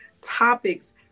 topics